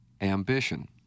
Ambition